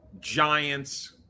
Giants